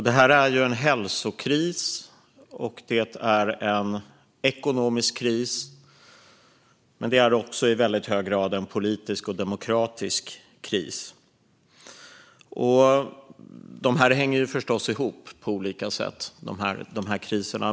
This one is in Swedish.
Det är en hälsokris och en ekonomisk kris, men det är också i väldigt hög grad en politisk och demokratisk kris. Dessa kriser hänger förstås ihop på olika sätt.